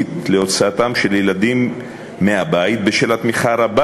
אמיתית להוצאתם של ילדים מהבית בשל התמיכה הרבה,